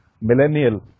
millennial